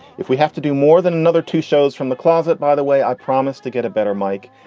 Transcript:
if we have to do more than another two shows from the closet, by the way, i promise to get a better mike,